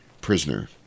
prisoner